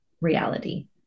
reality